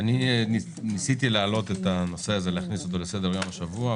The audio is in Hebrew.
ניסיתי להעלות את הנושא הזה לכנסת ולסדר-היום השבוע,